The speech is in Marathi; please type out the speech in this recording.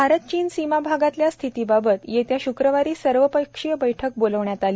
भारत चीन सीमा भागातल्या स्थितीबाबत येत्या श्क्रवारी सर्वपक्षीय बैठक बोलावण्यात आली